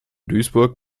duisburg